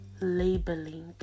labeling